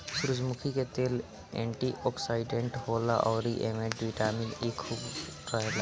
सूरजमुखी के तेल एंटी ओक्सिडेंट होला अउरी एमे बिटामिन इ खूब रहेला